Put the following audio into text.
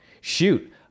shoot